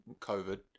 COVID